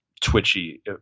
twitchy